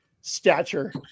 stature